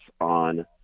on